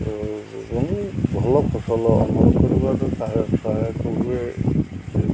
ତ ଭଲ ଫସଲ ଅମଳ କରିବାକୁ ସହାୟକ ସହାୟକ ହୁଏ